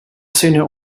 söhne